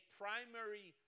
primary